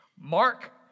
Mark